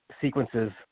sequences